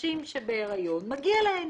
נשים שבהריון, מגיע להן.